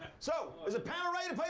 so is the panel ready to play